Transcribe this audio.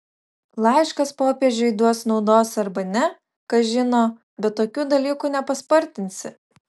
laiškas popiežiui duos naudos arba ne kas žino bet tokių dalykų nepaspartinsi